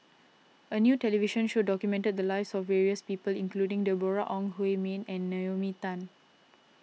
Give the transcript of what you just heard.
a new television show documented the lives of various people including Deborah Ong Hui Min and Naomi Tan